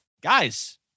guys